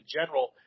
general